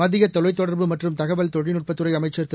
மத்தியதொலைத்தொடர்பு மற்றும் தகவல் தொழில்நுட்பத்துறைஅமைச்சர் திரு